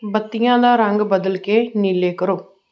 ਬੱਤੀਆਂ ਦਾ ਰੰਗ ਬਦਲ ਕੇ ਨੀਲਾ ਕਰੋ